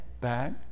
back